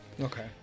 Okay